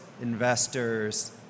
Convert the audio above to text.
investors